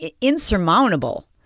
insurmountable